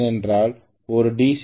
ஏனென்றால் ஒரு டி